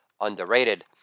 underrated